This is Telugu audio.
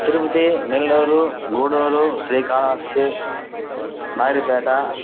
తిరుపతి నెల్లూరు గూడూరు శ్రీకాళహస్తి నాయుడుపేట